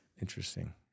Interesting